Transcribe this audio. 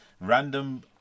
random